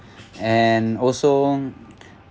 and also